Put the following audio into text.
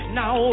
now